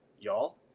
Y'all